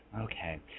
Okay